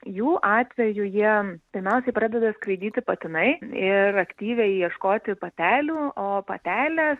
jų atveju jie pirmiausiai pradeda skraidyti patinai ir aktyviai ieškoti patelių o patelės